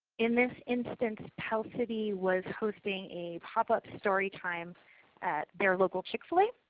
in this instance pell city was hosting a pop up story time at their local chick-fil-a.